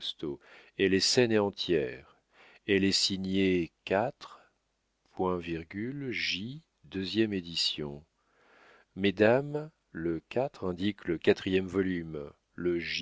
elle est saine et entière elle est signée iv j deuxième édition mesdames le iv indique le quatrième volume le